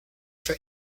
for